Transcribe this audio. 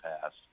past